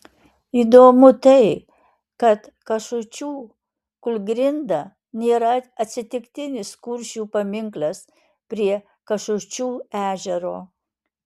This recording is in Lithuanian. įdomu tai kad kašučių kūlgrinda nėra atsitiktinis kuršių paminklas prie kašučių ežero